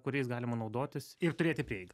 kuriais galima naudotis ir turėti prieigą